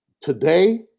Today